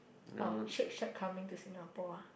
oh shake shack coming to Singapore ah